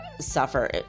Suffer